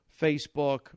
Facebook